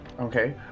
Okay